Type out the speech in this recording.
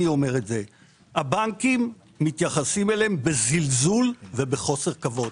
הבנקים מתייחסים אליהם בזלזול ובחוסר כבוד.